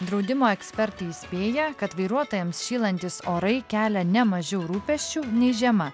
draudimo ekspertai įspėja kad vairuotojams šylantys orai kelia ne mažiau rūpesčių nei žiema